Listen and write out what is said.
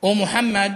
או מוחמד